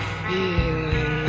feeling